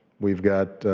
we've got